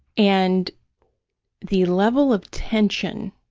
and the level of tension,